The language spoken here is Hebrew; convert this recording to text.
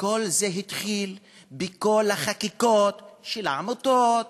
וכל זה התחיל בכל החקיקות של העמותות,